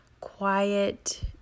quiet